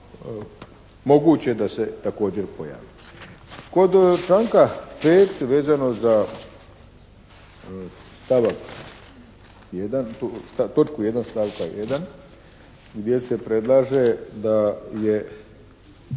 moguće da se također pojavi. Kod članka 5. vezano za stavak 1., točku 1. stavka 1. gdje se predlaže da je